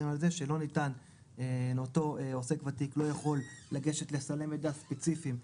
נציין שהוראות חוק הניידות גם לא חלים לגבי שני החשבונות האלה.